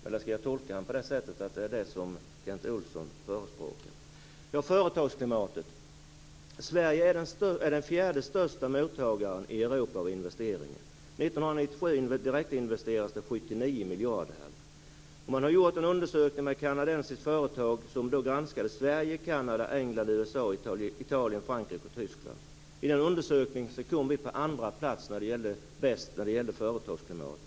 Eller skall jag tolka honom på det sättet, att det är det Kent Olsson förespråkar. Företagsklimatet vill jag ta upp härnäst. Sverige är den fjärde största mottagaren i Europa av investeringar. År 1997 direktinvesterades 79 miljarder här. Ett kanadensiskt företag har gjort en undersökning och granskade Sverige, Kanada, England, USA, Italien, Frankrike och Tyskland. I den undersökningen kom vi på andra plats när det gällde företagsklimat.